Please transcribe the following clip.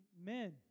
Amen